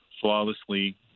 flawlessly